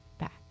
back